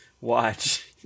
watch